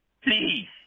Please